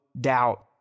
doubt